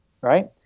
Right